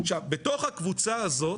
בתוך הקבוצה הזאת